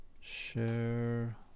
share